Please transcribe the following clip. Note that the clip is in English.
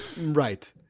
Right